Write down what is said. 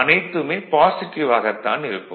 அனைத்துமே பாசிட்டிவ் ஆகத்தான் இருக்கும்